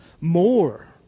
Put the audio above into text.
more